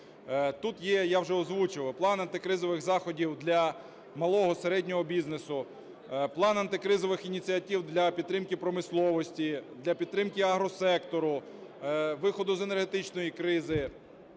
Тут є, я вже озвучував, план антикризових заходів для малого, середнього бізнесу, план антикризових ініціатив для підтримки промисловості, для підтримку агросектору, виходу з енергетичної кризи.